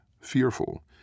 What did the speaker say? fearful